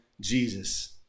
Jesus